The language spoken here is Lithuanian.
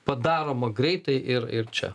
padaroma greitai ir ir čia